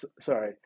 sorry